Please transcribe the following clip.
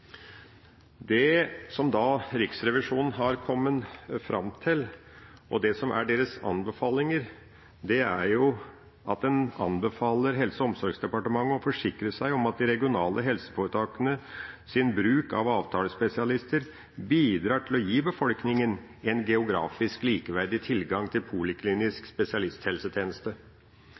Det som Riksrevisjonen har kommet fram til, og som er deres anbefalinger, er at Helse- og omsorgsdepartementet forsikrer seg om at de regionale helseforetakenes bruk av avtalespesialister bidrar til å gi befolkninga en geografisk likeverdig tilgang til